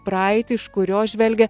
praeitį iš kurios žvelgia